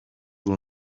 will